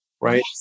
right